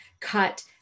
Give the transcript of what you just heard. cut